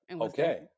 Okay